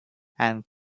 and